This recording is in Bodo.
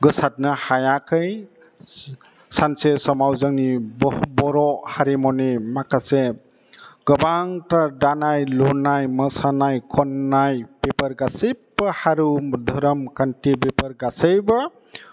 गोसारनो हायाखै सानसे समाव जोंनि बर' हारिमुनि माखासे गोबांथार दानाय लुनाय मोसानाय खननाय बेफोर गासैबो हारि धोरोम खान्थि बेफोर गासैबो